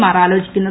R ആലോചിക്കുന്നത്